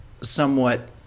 somewhat